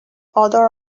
odor